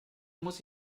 muss